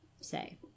say